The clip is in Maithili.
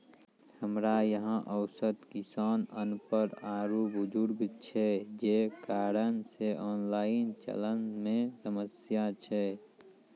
हमरा यहाँ औसत किसान अनपढ़ आरु बुजुर्ग छै जे कारण से ऑनलाइन चलन मे समस्या छै?